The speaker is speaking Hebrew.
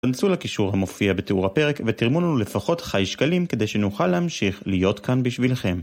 כנסו לקישור המופיע בתיאור הפרק ותרמו לנו לפחות ח"י שקלים כדי שנוכל להמשיך להיות כאן בשבילכם.